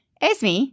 Esme